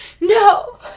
No